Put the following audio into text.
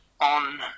on